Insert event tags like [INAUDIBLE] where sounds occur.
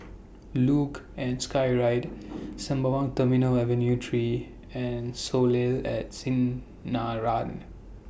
[NOISE] Luge and Skyride Sembawang Terminal Avenue three and Soleil At Sinaran